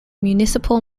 municipal